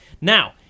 Now